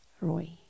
Roy